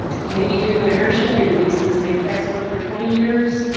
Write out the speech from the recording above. maybe due to inertia, they've been using the same textbook for twenty years.